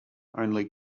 only